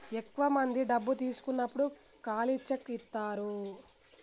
ఎక్కువ మంది డబ్బు తీసుకున్నప్పుడు ఖాళీ చెక్ ఇత్తారు